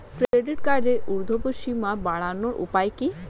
Credit কার্ডের উর্ধ্বসীমা বাড়ানোর উপায় কি?